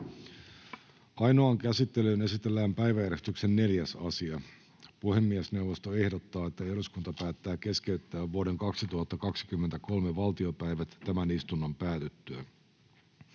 Ainoaan käsittelyyn esitellään päiväjärjestyksen 4. asia. Puhemiesneuvosto ehdottaa, että eduskunta päättää keskeyttää vuoden 2023 valtiopäivät tämän istunnon päätyttyä.